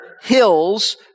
hills